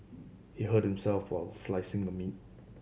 he hurt himself while slicing the meat